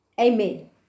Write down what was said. Amen